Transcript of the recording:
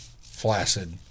flaccid